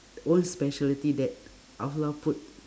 own specialty that allah put